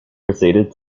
proceeded